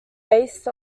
based